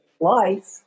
life